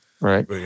right